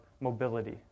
mobility